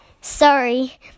Sorry